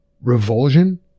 revulsion